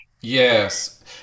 Yes